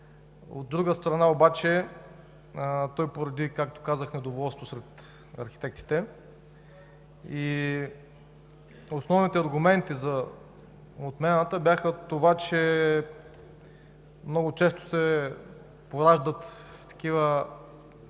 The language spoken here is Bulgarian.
От друга страна обаче, той породи, както казах, недоволство сред архитектите. Основните аргументи за отмяната бяха: много често се пораждат такива